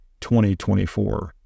2024